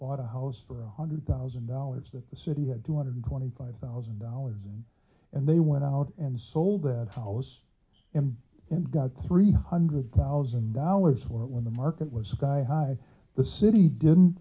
bought a house for one hundred thousand dollars that the city had two hundred twenty five thousand dollars and and they went out and sold that house him and got three hundred thousand dollars when the market was sky high the city didn't